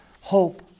hope